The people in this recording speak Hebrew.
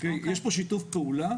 זאת אומרת, יש פה שיתוף פעולה